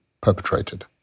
perpetrated